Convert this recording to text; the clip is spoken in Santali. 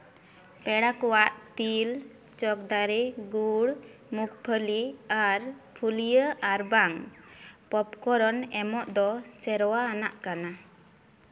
ᱯᱮᱲᱟ ᱠᱚᱣᱟᱜ ᱛᱤᱞ ᱪᱚᱠᱫᱟᱨᱮ ᱜᱩᱲ ᱢᱩᱜᱷᱯᱷᱩᱞᱤ ᱟᱨ ᱯᱷᱩᱞᱤᱭᱟᱹ ᱟᱨᱵᱟᱝ ᱯᱚᱯᱠᱚᱨᱚᱱ ᱮᱢᱚᱜ ᱫᱚ ᱥᱮᱨᱣᱟ ᱟᱱᱟᱜ ᱠᱟᱱᱟ